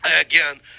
Again